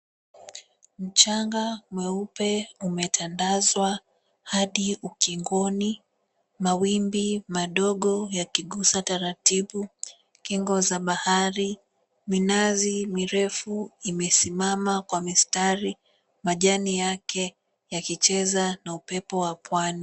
Mchanga mweupe umetandazwa hadi ukingoni, mawimbi madogo yakiguza taratibu kingo za bahari. Minazi mirefu imesimama kwa mistari majani yake yakicheza na upepo wa pwani.